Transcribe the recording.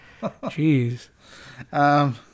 Jeez